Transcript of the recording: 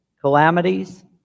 calamities